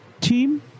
team